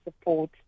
support